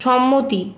সম্মতি